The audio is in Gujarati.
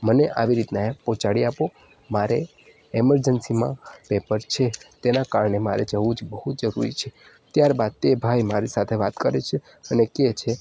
મને આવી રીતના પહોંચાડી આપો મારેઇમરજન્સીમાં પેપર છે તેના કારણે મારે જવું બહુ જ જરુરી છે ત્યારબાદ તે ભાઈ મારી સાથે વાત કરે છે અને કહે છે